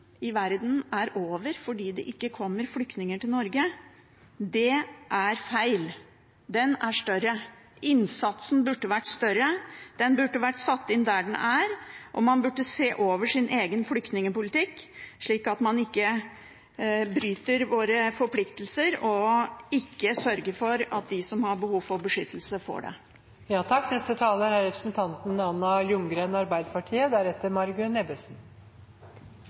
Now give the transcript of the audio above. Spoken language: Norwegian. i verden er over fordi det ikke kommer flyktninger til Norge, er feil. Den er større. Innsatsen burde vært større. Den burde vært satt inn der den er, og man burde se over sin egen flyktningpolitikk, slik at man ikke bryter Norges forpliktelser og ikke sørger for at de som har behov for beskyttelse, får det. For